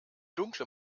dunkle